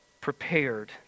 prepared